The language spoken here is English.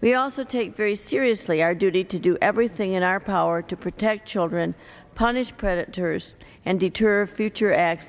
we also take very seriously our duty to do everything in our power to protect children punish predators and deter future acts